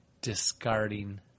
Discarding